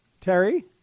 terry